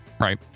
right